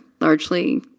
largely